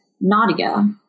Nadia